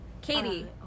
Katie